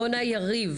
רונה יניב,